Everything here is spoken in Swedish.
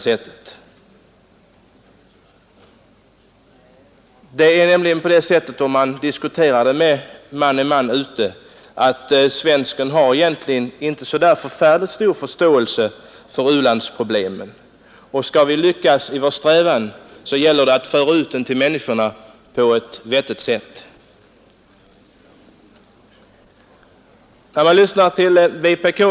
Om man diskuterar denna fråga man och man emellan märker man nämligen att svensken inte har så förfärligt stor förståelse för u-landsproblemen. Skall vi lyckas i vår strävan att öka biståndet gäller det att på ett vettigt sätt föra ut frågan till människorna.